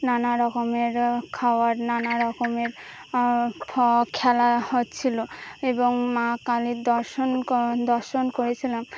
নানা রকমের খাওয়ার নানা রকমের খ খেলা হচ্ছিল এবং মা কালীর দর্শন দর্শন করেছিলাম